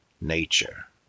nature